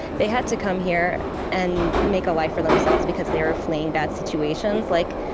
they had to come here and make a life for themselves because they were fleeing bad situations. like,